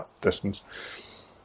distance